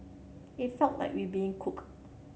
it felt like we being cooked